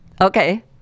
Okay